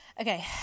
okay